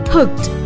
Hooked